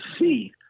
see